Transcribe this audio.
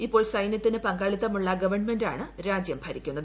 ഇപ്പോൾ് സൈനൃത്തിന് പങ്കാളിത്തമുള്ള ഗവൺമെന്റാണ് രാജ്യം ഭരിക്കുന്നത്